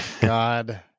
God